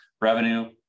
revenue